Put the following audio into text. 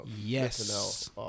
yes